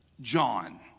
John